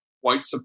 white